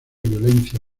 violencia